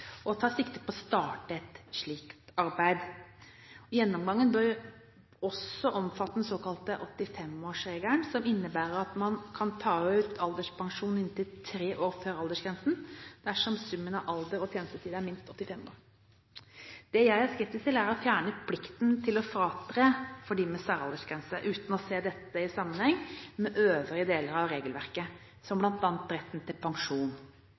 kan ta ut alderspensjon inntil tre år før aldersgrensen, dersom summen av alder og tjenestetid er minst 85 år. Det jeg er skeptisk til, er å fjerne plikten til å fratre for dem med særaldersgrense uten å se dette i sammenheng med øvrige deler av regelverket, som bl.a. retten til pensjon.